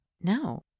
No